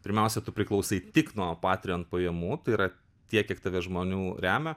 pirmiausia tu priklausai tik nuo patirion pajamų tai yra tiek kiek tave žmonių remia